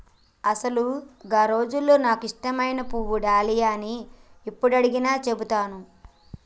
అసలు గా రోజుల్లో నాను నాకు ఇష్టమైన పువ్వు డాలియా అని యప్పుడు అడిగినా సెబుతాను